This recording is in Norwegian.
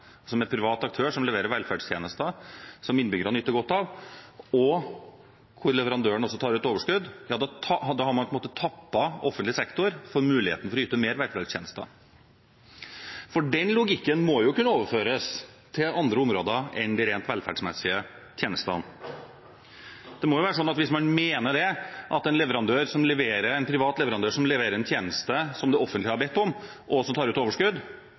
at enhver privat aktør som leverer velferdstjenester som innbyggerne nyter godt av, og som også tar ut overskudd, på en måte har tappet offentlig sektor for muligheten til å yte flere velferdstjenester. Den logikken må jo kunne overføres til andre områder enn de rent velferdsmessige tjenestene. Det må jo være sånn at hvis man mener at det at en privat barnehageaktør leverer en tjeneste det offentlige har bedt om og tar ut overskudd,